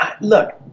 look